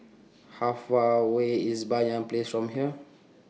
How Far away IS Banyan Place from here